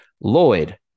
Lloyd